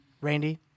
Randy